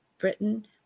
britain